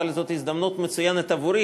אבל זאת הזדמנות מצוינת עבורי,